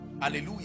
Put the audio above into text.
hallelujah